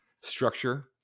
structure